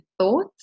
thoughts